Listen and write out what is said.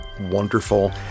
wonderful